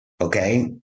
Okay